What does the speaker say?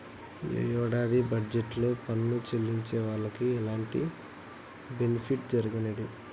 యీ యేడాది బడ్జెట్ లో పన్ను చెల్లించే వాళ్లకి ఎలాంటి బెనిఫిట్ జరగనేదు